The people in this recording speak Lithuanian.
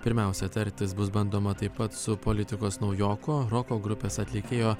pirmiausia tartis bus bandoma taip pat su politikos naujoku roko grupės atlikėjo